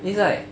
is like